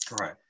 Right